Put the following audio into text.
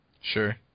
sure